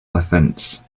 offense